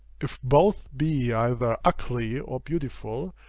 if both be either ugly or beautiful,